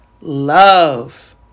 love